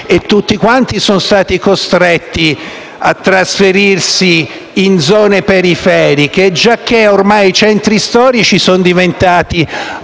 tutti quanti sono stati costretti a trasferirsi in zone periferiche, giacché ormai i centri storici sono diventati